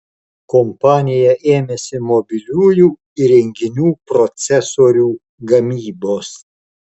kompanija ėmėsi mobiliųjų įrenginių procesorių gamybos